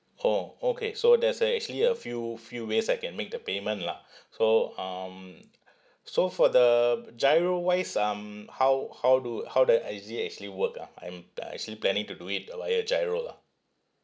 orh okay so there's uh actually a few few ways I can make the payment lah so um so for the GIRO wise um how how do how do is it actually work ah I'm uh actually planning to do it uh via GIRO lah